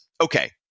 Okay